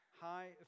High